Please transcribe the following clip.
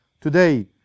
today